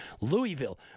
louisville